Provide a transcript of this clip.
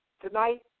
tonight